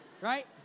Right